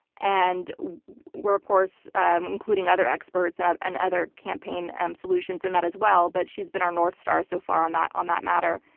and we're of course including other experts and other and other campaign um solutions in that as well. but she's been our north star so far on that on that matter.